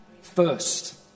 First